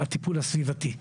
הטיפול הסביבתי.